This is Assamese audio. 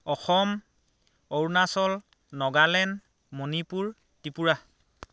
অসম অৰুণাচল নাগালেণ্ড মণিপুৰ ত্ৰিপুৰা